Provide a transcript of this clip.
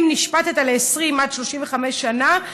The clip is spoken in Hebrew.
אם נשפטת ל-20 עד 35 שנה,